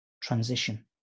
transition